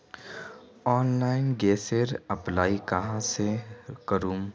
Online गैसेर apply कहाँ से करूम?